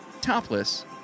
topless